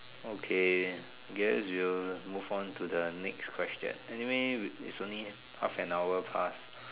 okay guess we'll move on to the next question anyway it's only half and hour plus